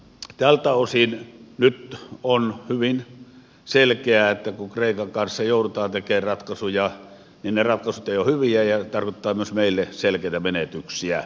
tältä osin nyt on hyvin selkeää että kun kreikan kanssa joudutaan tekemään ratkaisuja niin ne ratkaisut eivät ole hyviä ja se tarkoittaa myös meille selkeitä menetyksiä